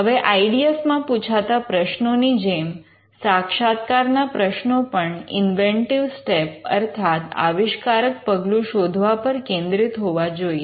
હવે I D F માં પૂછાતા પ્રશ્નો ની જેમ સાક્ષાત્કારના પ્રશ્નો પણ ઇન્વેન્ટિવ સ્ટેપ અર્થાત આવિષ્કારક પગલું શોધવા પર કેન્દ્રિત હોવા જોઈએ